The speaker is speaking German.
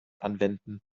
anwenden